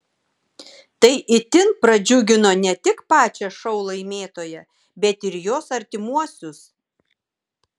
tai itin pradžiugino ne tik pačią šou laimėtoją bet ir jos artimuosius